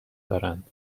دارند